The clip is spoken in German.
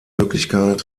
möglichkeit